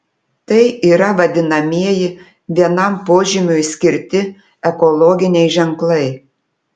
tai yra vadinamieji vienam požymiui skirti ekologiniai ženklai